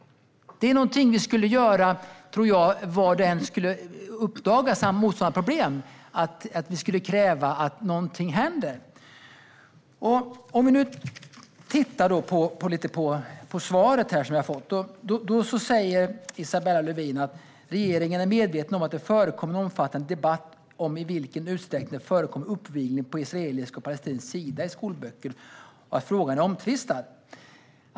Detta är något som jag tror att vi skulle göra vilka motsvarande problem som än uppdagas. Vi skulle kräva att något händer. I sitt svar sa Isabella Lövin: "Regeringen är medveten om att det förekommer en omfattande debatt om i vilken utsträckning det förekommer uppvigling på israelisk och palestinsk sida i skolböcker och att frågan är omtvistad."